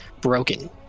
broken